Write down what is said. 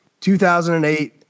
2008